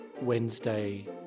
Wednesday